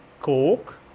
Coke